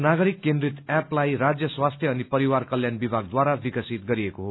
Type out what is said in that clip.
नागरिक केन्द्रित एपलाई राज्य स्वास्थ्य अनि परिवार कल्याण विभागद्वारा विकसित गरिएको हो